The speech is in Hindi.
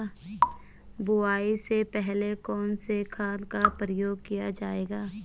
बुआई से पहले कौन से खाद का प्रयोग किया जायेगा?